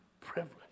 privilege